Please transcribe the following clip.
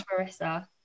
Marissa